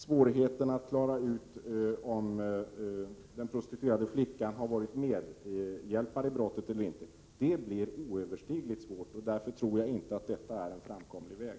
Svårigheten att klara ut om den prostituerade flickan har varit medhjälpare i brottet eller inte gör skrivandet av lagparagrafen vid en kriminalisering oöverstigligt svårt. Därför tror jag inte att detta är en framkomlig väg.